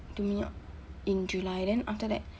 to me in july then after that